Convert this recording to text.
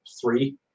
three